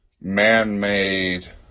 man-made